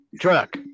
truck